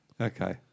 Okay